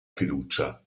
fiducia